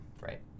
right